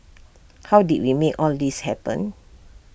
how did we make all this happen